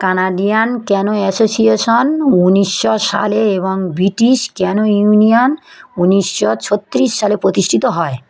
Canadian canoe association উনিশশো সালে এবং ব্রিটিশ ক্যানো ইউনিয়ন উনিশশো ছত্রিশ সালে প্রতিষ্ঠিত হয়